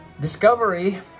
discovery